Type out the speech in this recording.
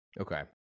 Okay